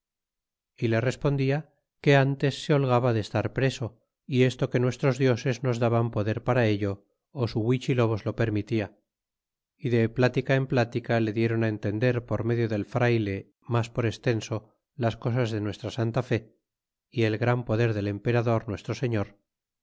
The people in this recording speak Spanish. y le respondia que ntes se holgaba de estar preso y esto que nuestros dioses nos daban poder para ello á su iluichilobos lo permitia y de plática en plática le dieron entender por medio del frayle mas por estenso las cosas de nuestra santa fe y el gran poder del emperador nuestro seüor